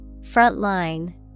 Frontline